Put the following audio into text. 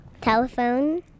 Telephone